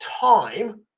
time